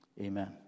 amen